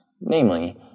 Namely